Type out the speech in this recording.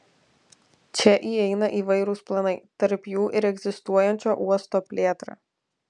čia įeina įvairūs planai tarp jų ir egzistuojančio uosto plėtra